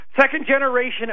second-generation